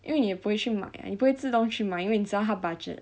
因为你也不会去买啊你不会自动去买因为你知道他 budget